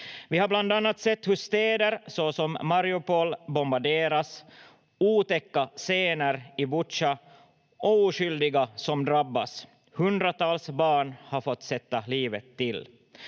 Vi har bland annat sett hur städer såsom Mariupol bombarderas, otäcka scener i Butja och oskyldiga som drabbas. Hundratals barn har fått sätta livet till.